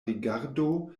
rigardo